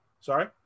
sorry